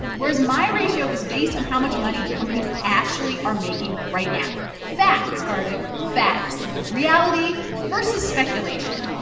whereas my ratio is based on how much money companies actually are making right now facts, cardiff, facts reality versus speculation.